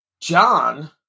John